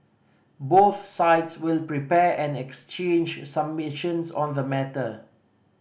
both sides will prepare and exchange submissions on the matter